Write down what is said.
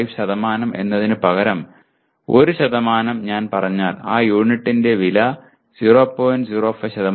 05 എന്നതിനുപകരം 1 ഞാൻ പറഞ്ഞാൽ ആ യൂണിറ്റിന്റെ വില 0